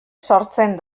sortzen